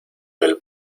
del